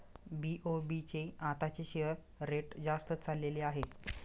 BOB चे आताचे share rate जास्तच चालले आहे